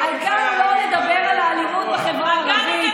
בואו נדבר על השטחים,